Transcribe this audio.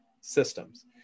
systems